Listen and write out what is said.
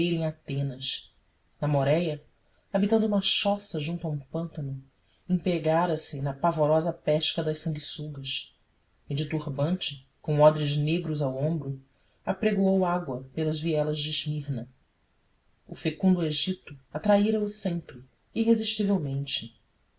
em atenas na moréia habitando uma choça junto a um pântano empregara se na pavorosa pesca das sanguessugas e de turbante com odres negros ao ombro apregoou água pelas vielas de esmirna o fecundo egito atraíra o sempre irresistivelmente